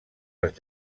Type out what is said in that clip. els